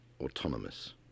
autonomous